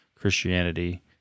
Christianity